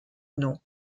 nom